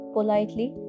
Politely